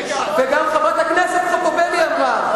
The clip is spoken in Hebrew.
וגם חברת הכנסת חוטובלי אמרה: